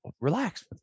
relax